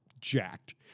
jacked